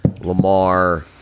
Lamar